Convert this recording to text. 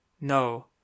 No